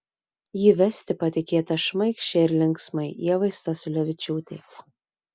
jį vesti patikėta šmaikščiai ir linksmai ievai stasiulevičiūtei